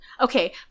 Okay